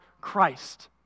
Christ